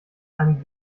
einen